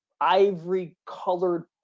ivory-colored